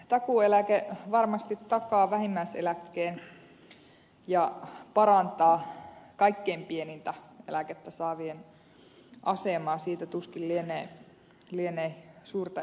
takuueläke varmasti takaa vähimmäiseläkkeen ja parantaa kaikkein pienintä eläkettä saavien asemaa siitä tuskin lienee suurta erimielisyyttä